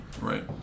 Right